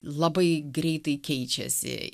labai greitai keičiasi